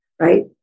right